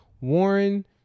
Warren